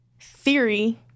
theory